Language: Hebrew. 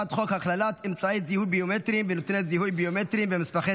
הצעת חוק הכללת אמצעי זיהוי ביומטריים ונתוני זיהוי ביומטריים במסמכי